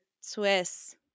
Swiss